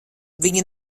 viņa